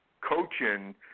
coaching